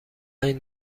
این